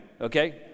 okay